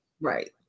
Right